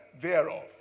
thereof